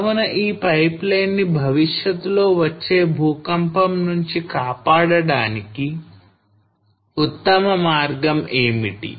కావున ఈ pipeline ని భవిష్యత్తులో వచ్చే భూకంపం నుంచి కాపాడడానికి ఉత్తమ మార్గం ఏమిటి